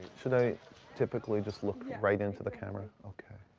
should i typically just look right into the camera? okay.